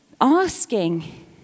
asking